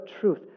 truth